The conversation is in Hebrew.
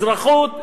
אזרחות,